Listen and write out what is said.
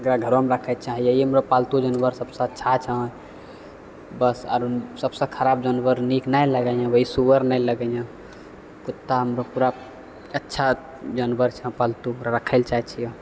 एकरा घरोमे राखै छिए इएह हमरा पालतू जानवरमे सबसँ अच्छा छै बस आओर सबसँ खराब जानवर नीक नहि लगैए वएह सुअर नहि लगैए कुत्ता हमरा पूरा अच्छा जानवर छै पालतू रखैलए चाहै छिए